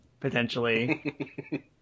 Potentially